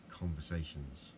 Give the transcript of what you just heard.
conversations